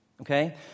Okay